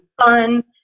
fun